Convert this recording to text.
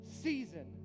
season